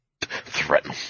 Threaten